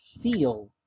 feel